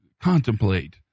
contemplate